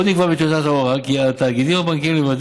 עוד נקבע בטיוטת ההוראה כי על התאגידים הבנקאיים לוודא